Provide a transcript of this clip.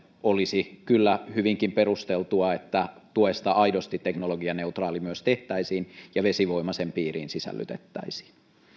olisi kyllä hyvinkin perusteltua että tuesta aidosti teknologianeutraali myös tehtäisiin ja vesivoima sen piiriin sisällytettäisiin